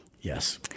Yes